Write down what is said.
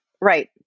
right